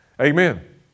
Amen